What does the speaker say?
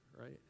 right